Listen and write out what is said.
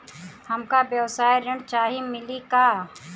हमका व्यवसाय ऋण चाही मिली का?